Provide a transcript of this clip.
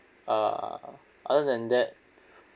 uh other than that